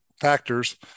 factors